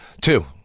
Two